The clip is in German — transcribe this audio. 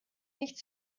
nicht